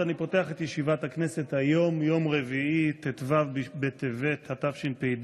הנושא הראשון על סדר-היום: שאילתות דחופות.